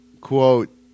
quote